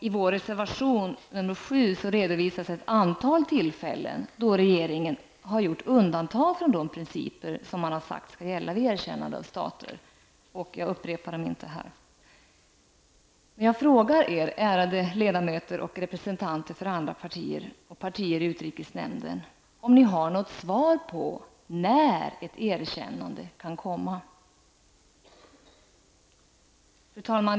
I vår reservation nr 7 redovisas ett antal tillfällen då regeringen har gjort undantag från de principer som man har sagt skall gälla vid erkännande av stater. Jag upprepar dem inte här, men jag frågar er, ärade ledamöter och representanter för andra partier och partier i utrikesnämnden: Har ni något svar på när ett erkännande kan komma? Fru talman!